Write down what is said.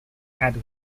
had